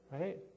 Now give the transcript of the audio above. right